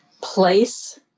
place